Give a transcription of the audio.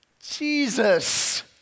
Jesus